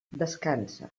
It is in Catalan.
descansa